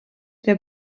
wir